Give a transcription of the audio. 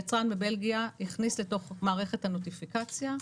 יצרן בבלגיה הכניס לתוך מערכת הנוטיפיקציה,